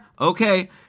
Okay